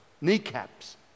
kneecaps